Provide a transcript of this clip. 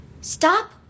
Stop